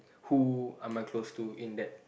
who am I close to in that